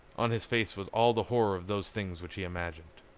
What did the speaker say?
on his face was all the horror of those things which he imagined.